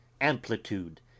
amplitude